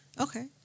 Okay